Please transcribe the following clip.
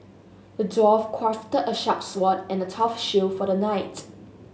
the dwarf crafted a sharp sword and a tough shield for the knight